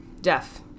Deaf